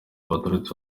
baturutse